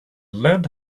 lead